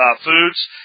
foods